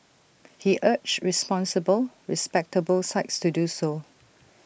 he urged responsible respectable sites to do so